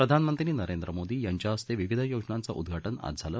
प्रधानमंत्री नरेंद्र मोदी यांच्या हस्ते विविध योजनाचं उद्घाटन आज झालं